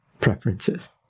preferences